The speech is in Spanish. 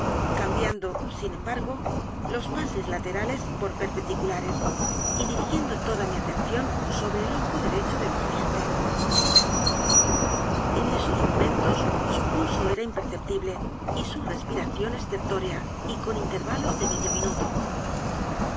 cambiando sin embargo los pases laterales por perpendiculares y dirigiendo toda mi atención sobre el ojo derecho del paciente en esos momentos su pulso era imperceptible y su respiración estertórea y con intervalos de medio minuto